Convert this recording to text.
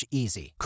easy